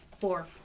Four